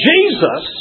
Jesus